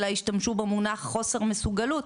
אלא השתמשו במונח חוסר מסוגלות,